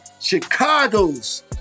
Chicago's